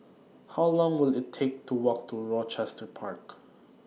How Long Will IT Take to Walk to Rochester Park